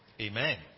Amen